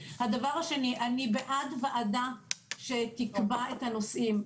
השני, אני בעד ועדה שתקבע את הנושאים.